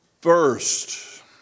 First